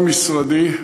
מבחינת משרדי,